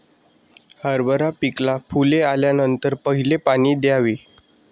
हरभरा पिकाला फुले आल्यानंतर पहिले पाणी द्यावे